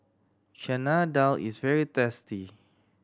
Chana Dal is very tasty